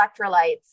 electrolytes